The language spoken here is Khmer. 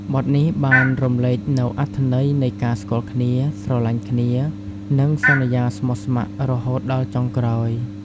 បទនេះបានរំលេចនូវអត្ថន័យនៃការស្គាល់គ្នា ស្រឡាញ់គ្នា និងសន្យាស្មោះស្ម័គ្ររហូតដល់ចុងក្រោយ។